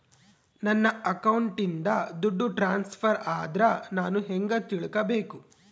ನನ್ನ ಅಕೌಂಟಿಂದ ದುಡ್ಡು ಟ್ರಾನ್ಸ್ಫರ್ ಆದ್ರ ನಾನು ಹೆಂಗ ತಿಳಕಬೇಕು?